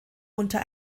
unter